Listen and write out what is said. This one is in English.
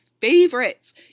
favorites